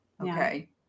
okay